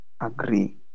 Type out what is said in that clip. agree